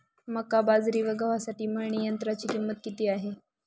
मका, बाजरी व गव्हासाठी मळणी यंत्राची किंमत किती आहे?